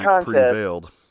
prevailed